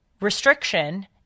restriction